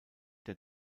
der